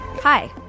Hi